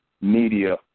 media